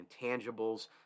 intangibles